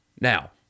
now